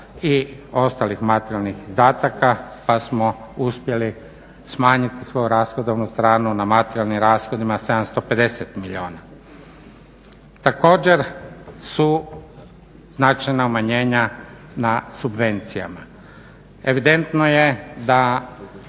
i ostalih materijalnih izdataka pa smo uspjeli smanjiti svoju rashodovnu stranu na materijalnim rashodima 750 milijuna. Također su značajna umanjenja na subvencijama. Evidentno je da